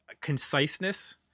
conciseness